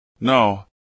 No